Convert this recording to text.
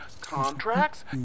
contracts